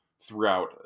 throughout